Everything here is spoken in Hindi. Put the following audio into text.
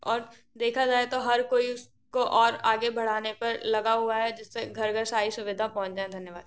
और देखा जाए तो हर कोई उस को और आगे बढ़ाने पर लगा हुआ हैं जिससे घर घर सारी सुविधा पहुंच जाए धन्यवाद